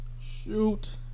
Shoot